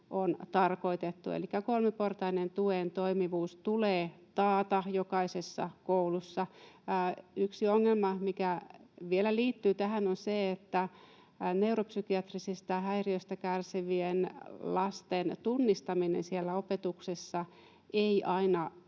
on tarkoitettu, elikkä kolmiportaisen tuen toimivuus tulee taata jokaisessa koulussa. Yksi ongelma, mikä vielä liittyy tähän, on se, että neuropsykiatrisista häiriöstä kärsivien lasten tunnistaminen siellä opetuksessa ei aina